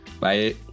Bye